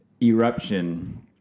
Eruption